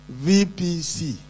VPC